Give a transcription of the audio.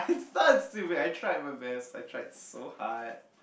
but it's too bad I tried my best I tried so hard